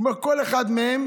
הוא אומר: כל אחד מהם